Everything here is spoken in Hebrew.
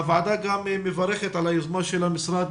הוועדה גם מברכת על היוזמה של המשרד